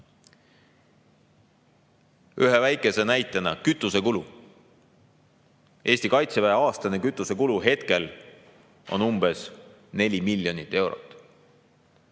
Ühe väikese näitena toon kütusekulu. Eesti Kaitseväe aastane kütusekulu hetkel on umbes neli miljonit eurot.